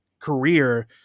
career